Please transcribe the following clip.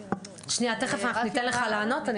שנייה, תכף אנחנו ניתן לך לענות.